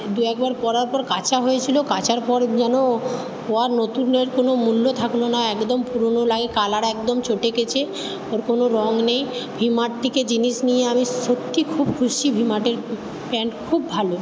দু একবার পরার পর কাচা হয়েছিল কাচার পর যেন ও আর নতুনের কোনো মূল্য থাকল না একদম পুরনো লাগে কালার একদম চটে গেছে ওর কোনো রং নেই ভি মার্ট থেকে জিনিস নিয়ে আমি সত্যি খুব খুশি ভি মার্টের প্যান্ট খুব ভালো